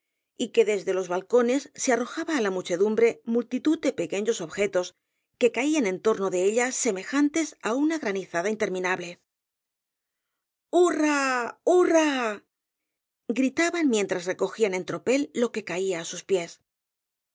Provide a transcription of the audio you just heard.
y que desde los balcones se arrojaba á la muchedumbre multitud de pequeños objetos que caían en torno de ella semejantes á una granizada interminable hurra hurra gritaban mientras recogían en tropel lo que caía á sus pies